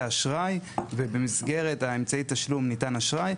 אשראי ובמסגרת אמצעי תשלום ניתן אשראי,